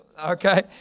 Okay